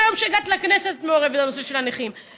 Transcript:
מהיום שהגעת לכנסת את מעורבת בנושא של הנכים, להצמיד